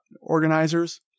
organizers